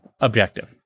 objective